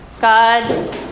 God